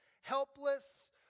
helpless